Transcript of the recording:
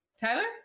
Tyler